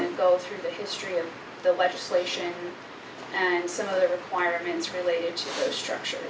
to go through the history of the legislation and some of the requirements related structure